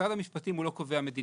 משרד המשפטים הוא לא קובע מדיניות.